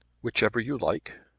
which ever you like.